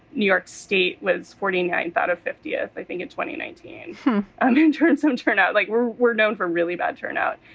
new york state was forty nine out of fiftieth, i think, in twenty nineteen and and some turnout like we're we're known for really bad turnout.